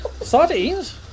Sardines